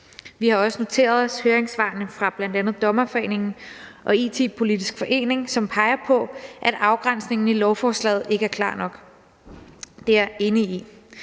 Vi har også noteret os høringssvarene fra bl.a. Dommerforeningen og IT-Politisk Forening, som peger på, at afgrænsningen i lovforslaget ikke er klar nok. Det er jeg enig i.